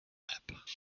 map